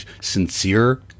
sincere